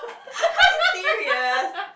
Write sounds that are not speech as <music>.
<laughs> are you serious